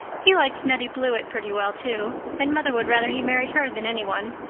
he likes nettie blewett pretty well, too, and mother would rather he married her than any one.